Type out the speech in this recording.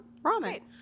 Ramen